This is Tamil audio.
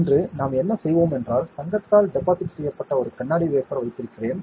இன்று நாம் என்ன செய்வோம் என்றால் தங்கத்தால் டெபாசிட் செய்யப்பட்ட ஒரு கண்ணாடி வேஃபர் வைத்திருக்கிறேன்